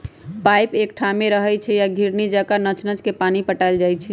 pipe एकठाम रहै छइ आ घिरणी जका नच नच के पानी पटायल जाइ छै